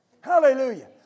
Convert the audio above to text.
Hallelujah